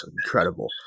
incredible